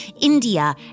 India